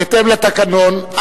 בהתאם לתקנון,